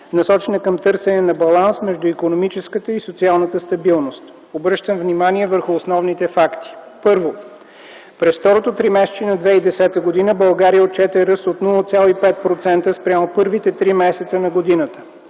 насочена към търсене на баланс между икономическата и социалната стабилност. Обръщам внимание върху основните факти. Първо, през второто тримесечие на 2010 г. България отчете ръст от 0,5% спрямо първите три месеца на годината.